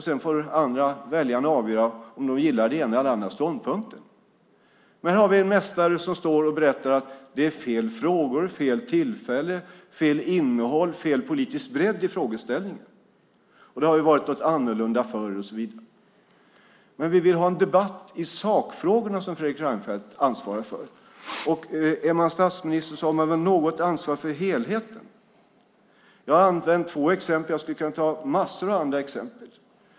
Sedan får väljarna avgöra om de gillar den ena eller den andra ståndpunkten. Här har vi en mästare som står och berättar att det är fel frågor, fel tillfälle, fel innehåll, fel politisk bredd i frågeställningen. Det har varit något annorlunda förr, och så vidare. Men vi vill ha en debatt i sakfrågorna som Fredrik Reinfeldt ansvarar för. Är man statsminister har man väl något ansvar för helheten? Jag har använt två exempel. Jag skulle kunna ta massor av andra exempel.